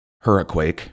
hurricane